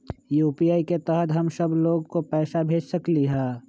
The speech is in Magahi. यू.पी.आई के तहद हम सब लोग को पैसा भेज सकली ह?